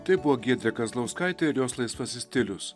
tai buvo giedrė kazlauskaitė ir jos laisvasis stilius